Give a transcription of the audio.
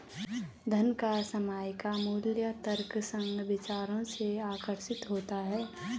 धन का सामयिक मूल्य तर्कसंग विचार से आकर्षित होता है